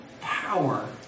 power